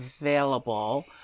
available